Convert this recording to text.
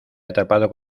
atrapado